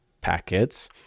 packets